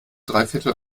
dreiviertel